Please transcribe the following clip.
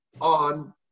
on